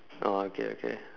oh okay okay